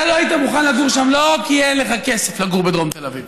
אתה לא היית מוכן לגור שם לא כי אין לך כסף לגור בדרום תל אביב,